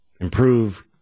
improve